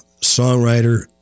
songwriter